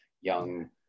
young